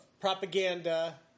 propaganda